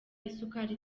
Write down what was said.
isukari